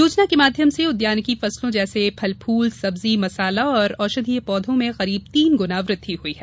योजना के माध्यम से उद्यानिकी फसलों जैसे फल फूल सब्जी मसाला और औषधीय पौधों में करीब तीन गुना वृद्धि हुई है